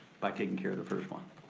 by takin' care of the first one.